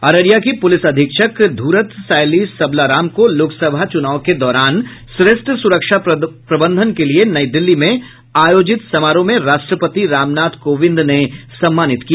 अररिया की पुलिस अधीक्षक ध्रत सायली सबलाराम को लोकसभा चुनाव के दौरान श्रेष्ठ सुरक्षा प्रबंधन के लिये नई दिल्ली में आयोजित समारोह में राष्ट्रपति रामनाथ कोविंद ने सम्मानित किया